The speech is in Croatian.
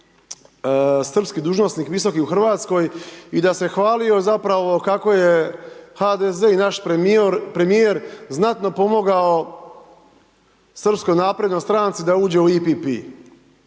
srpski dužnosnik visoki u Hrvatskoj, i da se hvalio zapravo kako je HDZ i naš premijer znatno pomogao Srpskoj naprednoj stranci da uđe u EPP,